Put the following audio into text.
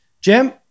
Jim